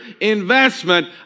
investment